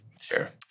Sure